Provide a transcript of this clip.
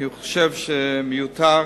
כי הוא חושב שזה מיותר,